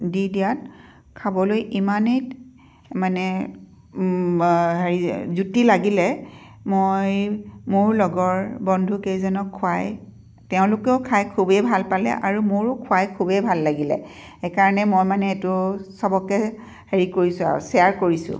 দি দিয়াত খাবলৈ ইমানেই মানে হেৰি জুতি লাগিলে মই মোৰ লগৰ বন্ধু কেইজনক খোৱাই তেওঁকলোকেও খাই খুবেই ভাল পালে আৰু মোৰো খুৱাই খুবে ভাল লাগিলে সেইকাৰণে মই মানে এইটো সবকে হেৰি কৰিছো আৰু শ্বেয়াৰ কৰিছোঁ